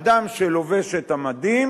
אדם שלובש את המדים